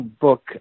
book